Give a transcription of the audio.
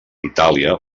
itàlia